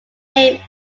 name